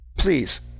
Please